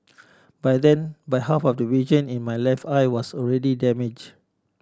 by then by half of the region in my left eye was already damage